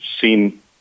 seen